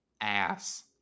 ass